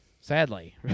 Sadly